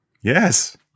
Yes